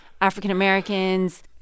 African-Americans